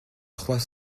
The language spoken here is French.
trois